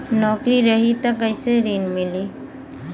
नौकरी रही त कैसे ऋण मिली?